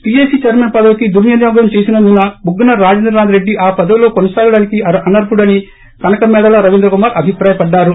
PAC chairman పదవిని దుర్వినియోగం చేసినందున బుగ్గన రాజేంద్రనాథ్రెడ్డి ఆ పదవిలో కొనసాగడానికి అనర్హుడని కనకమేడల రవీంధ్రకుమార్ అభిప్రాయపడ్డారు